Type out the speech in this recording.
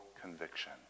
conviction